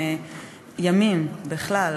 ימים בכלל,